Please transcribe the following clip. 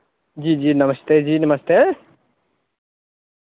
जी जी नमस्ते जी नमस्ते